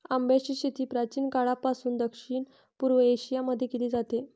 आंब्याची शेती प्राचीन काळापासून दक्षिण पूर्व एशिया मध्ये केली जाते